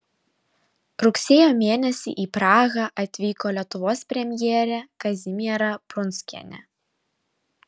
rugsėjo mėnesį į prahą atvyko lietuvos premjerė kazimiera prunskienė